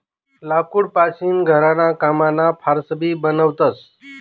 लाकूड पासीन घरणा कामना फार्स भी बनवतस